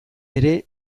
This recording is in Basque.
ere